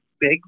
big